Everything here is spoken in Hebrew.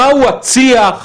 מהו הצי"ח,